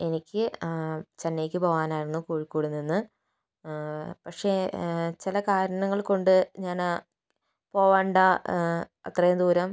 എനിക്ക് ചെന്നൈക്ക് പോവനായിരുന്നു കോഴിക്കോട് നിന്ന് പക്ഷേ ചില കാരണങ്ങൾ കൊണ്ട് ഞാനാ പോവണ്ട അത്രയും ദൂരം